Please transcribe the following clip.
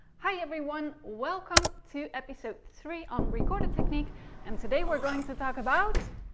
hi everyone, welcome to episode three on recorder technique and today we're going to talk about